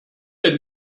denn